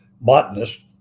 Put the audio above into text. botanist